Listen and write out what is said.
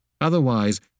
Otherwise